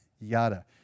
yada